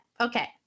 okay